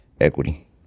equity